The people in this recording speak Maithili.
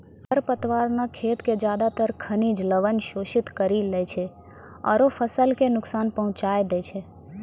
खर पतवार न खेत के ज्यादातर खनिज लवण शोषित करी लै छै आरो फसल कॅ नुकसान पहुँचाय दै छै